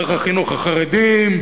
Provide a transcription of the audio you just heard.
דרך החינוך החרדי.